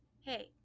Hey